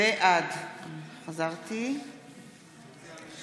בעד תמר זנדברג,